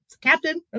Captain